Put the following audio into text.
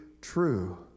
true